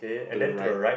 to the right